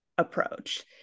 approach